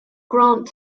grant